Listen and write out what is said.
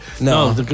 No